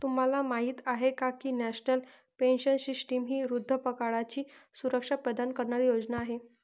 तुम्हाला माहिती आहे का की नॅशनल पेन्शन सिस्टीम ही वृद्धापकाळाची सुरक्षा प्रदान करणारी योजना आहे